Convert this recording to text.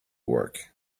work